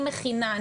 אני מכינה,